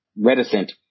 reticent